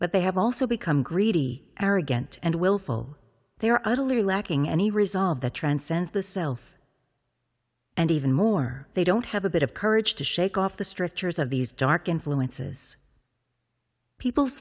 but they have also become greedy arrogant and willful they are utterly lacking any resolve that transcends the self and even more they don't have a bit of courage to shake off the strictures of these dark influences people's